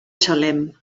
salem